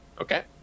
Okay